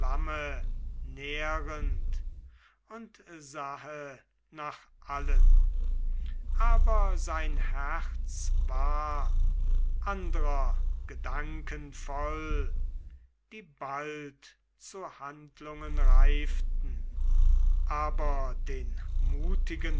nährend und sähe nach allen aber sein herz war andrer gedanken voll die bald zu handlungen reiften aber den mutigen